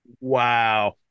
Wow